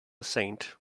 saint